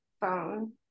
phone